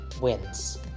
wins